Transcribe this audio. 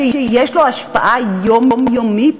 שיש לו השפעה יומיומית